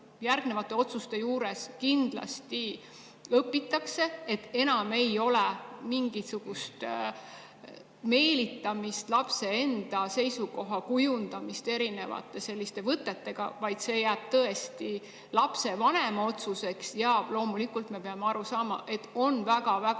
järgnevate otsuste juures kindlasti õpitakse, et enam ei ole mingisugust meelitamist, lapse seisukoha kujundamist erinevate selliste võtetega, vaid see jääb tõesti lapsevanema otsuseks? Ja loomulikult me peame aru saama, et on väga-väga